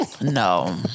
No